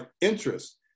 interest